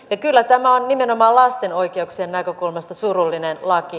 ja kyllä tämä on nimenomaan lasten oikeuksien näkökulmasta surullinen laki